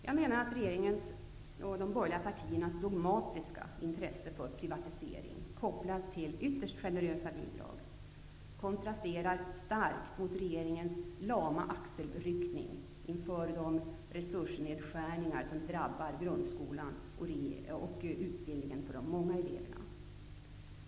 Jag menar att regeringens och de borgerliga partiernas dogmatiska intresse för privatisering kopplad till ytterst generösa bidrag starkt kontrasterar mot regeringens lama axelryckning inför de resursnedskärningar som drabbar grundskolan och utbildningen för de många eleverna.